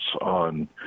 on